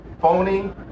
phony